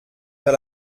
vers